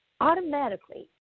automatically